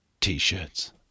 t-shirts